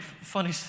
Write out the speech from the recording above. funny